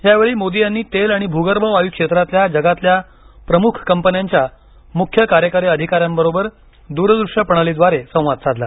यावेळी मोदी यांनी तेल आणि भूगर्भ वायू क्षेत्रातल्या जगातील प्रमुख कंपन्यांच्या मुख्य कार्यकारी अधिकाऱ्यांबरोबर द्रद्रश्य प्रणालीद्वारे संवाद साधला